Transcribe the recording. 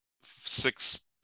six